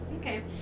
okay